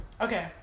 okay